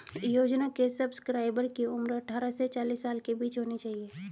योजना के सब्सक्राइबर की उम्र अट्ठारह से चालीस साल के बीच होनी चाहिए